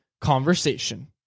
Conversation